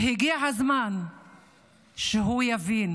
הגיע הזמן שהוא יבין